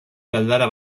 galdara